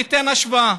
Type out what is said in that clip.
אני אתן השוואה: